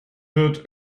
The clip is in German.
wird